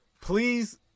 please